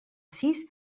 sis